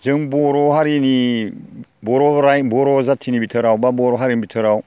जों बर' हारिनि बर' राव बर' जाथिनि बिथोराव एबा बर' हारिनि बिथोराव